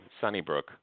Sunnybrook